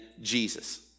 Jesus